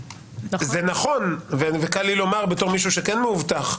זה נכון, וקל לי לומר בתור מישהו שכן מאובטח.